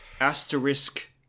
asterisk